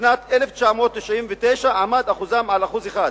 בשנת 1999 עמד שיעורם על 1%,